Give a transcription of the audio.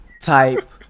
type